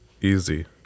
easy